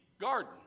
garden